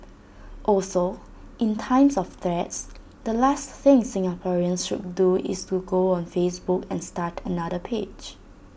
also in times of threats the last thing Singaporeans should do is to go on Facebook and start another page